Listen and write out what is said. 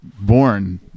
born